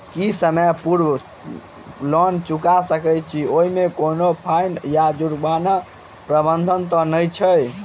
की समय पूर्व लोन चुका सकैत छी ओहिमे कोनो फाईन वा जुर्मानाक प्रावधान तऽ नहि अछि?